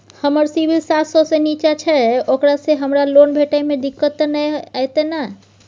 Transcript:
हमर सिबिल सात सौ से निचा छै ओकरा से हमरा लोन भेटय में दिक्कत त नय अयतै ने?